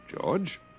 George